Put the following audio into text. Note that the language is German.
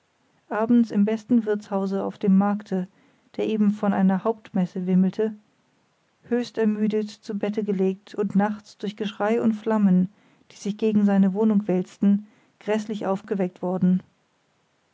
abends im besten wirtshause auf dem markte der eben von einer hauptmesse wimmelte höchst ermüdet zu bette gelegt und nachts durch geschrei und flammen die sich gegen seine wohnung wälzten gräßlich aufgeweckt worden